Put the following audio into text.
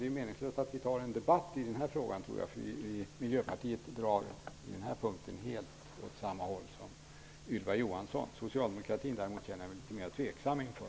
Det är meningslöst att vi tar upp en debatt i den här frågan, för Miljöpartiet drar på den här punkten åt helt samma håll som Ylva Johansson. Socialdemokratin känner jag mig däremot litet mer tveksam inför.